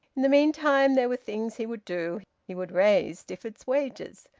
in the meantime there were things he would do. he would raise stifford's wages.